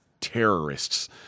terrorists